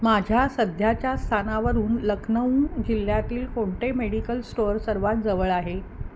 माझ्या सध्याच्या स्थानावरून लखनऊ जिल्ह्यातील कोणते मेडिकल स्टोअर सर्वांत जवळ आहे